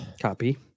Copy